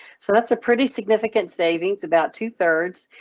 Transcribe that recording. so that's a pretty significant savings about two thirds.